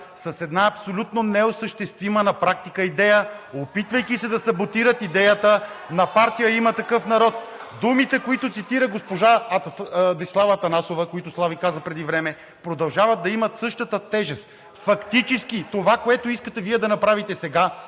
с една абсолютно неосъществима на практика идея, опитвайки се да саботират идеята на партия „Има такъв народ“! Думите, които цитира госпожа Десислава Атанасова, които Слави каза преди време, продължават да имат същата тежест. Фактически това, което Вие искате да направите сега,